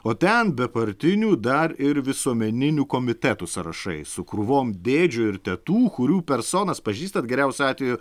o ten be partinių dar ir visuomeninių komitetų sąrašai su krūvom dėdžių ir tetų kurių personas pažįstat geriausiu atveju